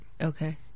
Okay